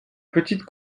petite